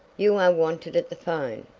you are wanted at the phone,